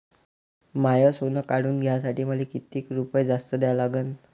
माय सोनं काढून घ्यासाठी मले कितीक रुपये जास्त द्या लागन?